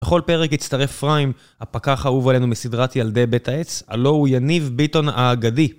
בכל פרק יצטרף פריים הפקח האהוב עלינו מסדרת ילדי בית העץ הלא הוא, יניב ביטון ההגדי